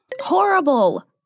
Horrible